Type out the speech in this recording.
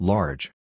Large